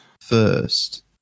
first